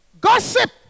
gossip